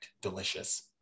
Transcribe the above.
Delicious